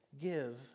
give